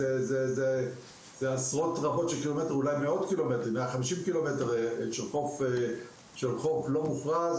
מה שאומר מאות ק"מ של חוף לא מוכרז